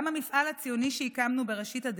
גם המפעל הציוני שהקמנו בראשית הדרך,